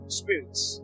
spirits